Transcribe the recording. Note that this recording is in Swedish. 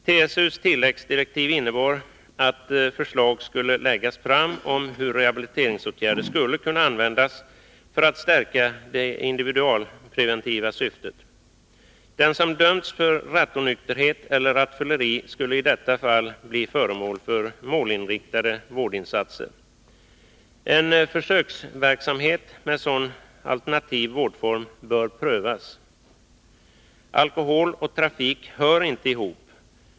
TSU:s tilläggsdirektiv innebar att förslag skulle läggas fram om hur rehabiliteringsåtgärder skulle kunna användas för att stärka det individualpreventiva syftet. Den som dömts för rattonykterhet eller rattfylleri skulle i detta fall bli föremål för målinriktade vårdinsatser. En försöksverksamhet med sådan alternativ vårdform bör prövas. Alkohol och trafik hör inte ihop.